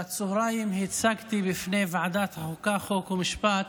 בצוהריים הצגתי בפני ועדת החוקה, חוק ומשפט